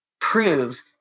prove